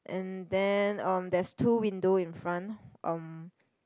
and then on there's two windows in front um